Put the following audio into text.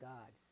God